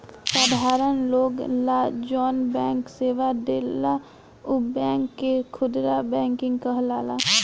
साधारण लोग ला जौन बैंक सेवा देला उ बैंक के खुदरा बैंकिंग कहाला